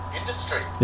industry